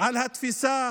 על התפיסה